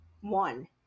one